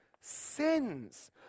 sins